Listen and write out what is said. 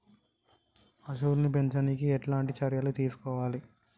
పశువుల్ని పెంచనీకి ఎట్లాంటి చర్యలు తీసుకోవాలే?